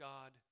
God